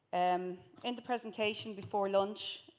um and the presentation before lunch,